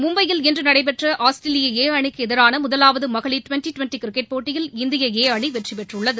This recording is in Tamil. மும்பையில் இன்று நடைபெற்ற ஆஸ்திரேலிய ஏ அணிக்கு எதிராள முதலாவது மகளிர் டுவெண்டி டுவெண்டி கிரிக்கெட் போட்டியில் இந்திய ஏ அணி வெற்றிபெற்றுள்ளது